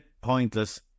pointless